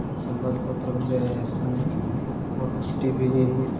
ସମ୍ବାଦପତ୍ର ଏବେ ଆସୁନାହିଁ ଓଟିଭି